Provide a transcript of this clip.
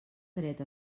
dret